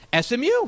SMU